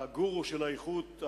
הגורו של האיכות,